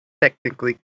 technically